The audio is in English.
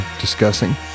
discussing